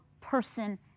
person